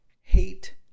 hate